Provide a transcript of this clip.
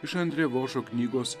iš andrė vošo knygos